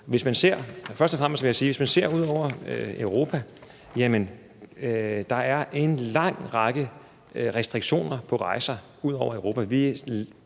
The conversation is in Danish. hvis man ser ud over Europa, vil man se en lang række restriktioner på rejser ud over Europa,